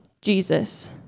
Jesus